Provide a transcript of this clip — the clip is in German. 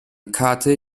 karte